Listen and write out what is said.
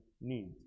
need